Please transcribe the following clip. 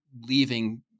leaving